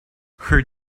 her